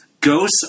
ghosts